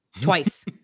twice